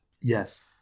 Yes